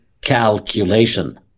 calculation